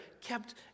kept